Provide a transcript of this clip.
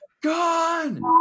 gone